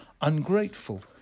ungrateful